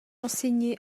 enseigné